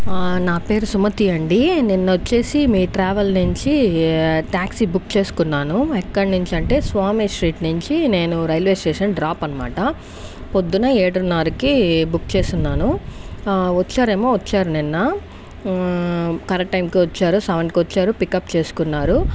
నా పేరు సుమతి అండి నిన్నొచ్చేసి మీ ట్రావెల్ నుంచి ట్యాక్సీ బుక్ చేసుకున్నాను ఎక్కడి నుంచి అంటే స్వామి స్ట్రీట్ నుంచి నేను రైల్వే స్టేషన్ డ్రాప్ అనమాట పొద్దున్న ఏడున్నరకి బుక్ చేసున్నాను వచ్చారేమో వచ్చారు నిన్న కరెక్ట్ టైంకే వచ్చారు సెవెన్కి వచ్చారు పికప్ చేసుకున్నారు